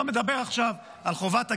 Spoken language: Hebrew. אני לא מדבר עכשיו על חובת הגיוס,